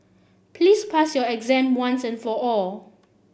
please pass your exam once and for all